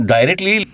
Directly